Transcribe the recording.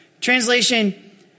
Translation